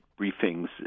briefings